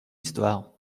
histoire